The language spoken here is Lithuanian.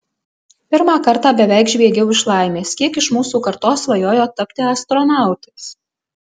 pirmą kartą beveik žviegiau iš laimės kiek iš mūsų kartos svajojo tapti astronautais